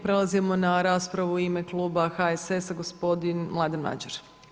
Prelazimo na raspravu u ime kluba HSS-a, gospodin Mladen Madjer.